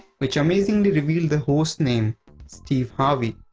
which amazingly revealed the host's name steve harvey.